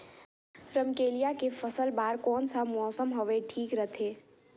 रमकेलिया के फसल बार कोन सा मौसम हवे ठीक रथे?